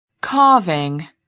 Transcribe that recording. carving